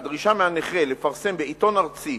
הדרישה מהנכה לפרסם בעיתון ארצי,